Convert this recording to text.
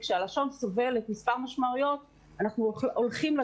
וכשהלשון סובלת מספר משמעויות אנחנו הולכים בדרך